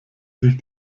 sich